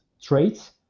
traits